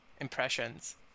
impressions